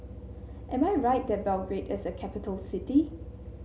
am I right that Belgrade is a capital city